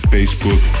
Facebook